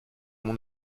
mon